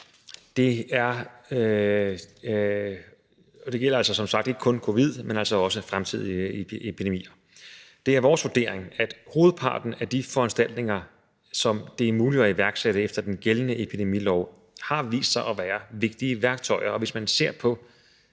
år. Og det gælder som sagt ikke kun covid-19, men altså også fremtidige epidemier. Det er vores vurdering, at hovedparten af de foranstaltninger, som det er muligt at iværksætte efter den gældende epidemilov, har vist sig at være vigtige værktøjer. Og hvis man ser på